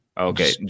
Okay